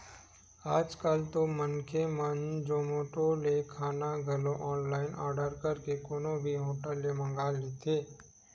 आज कल तो मनखे मन जोमेटो ले खाना घलो ऑनलाइन आरडर करके कोनो भी होटल ले मंगा लेथे